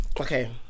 Okay